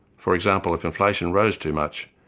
for example if inflation rose too much,